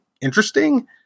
interesting